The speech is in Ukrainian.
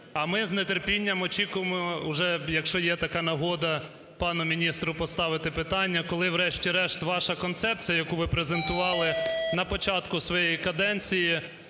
А ми з нетерпінням очікуємо уже, якщо є така нагода, пану міністру поставити питання, коли врешті-решт ваша концепція, яку ви презентували на початку своєї каденції